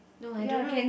no I don't know